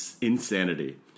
insanity